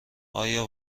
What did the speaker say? آیا